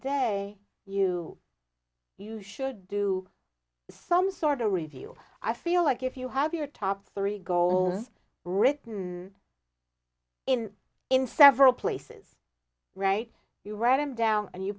day you you should do some sort of review i feel like if you have your top three goals written in in several places right you write them down and you